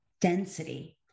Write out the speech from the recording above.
density